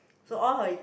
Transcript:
so all her